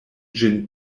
ĝin